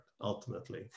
ultimately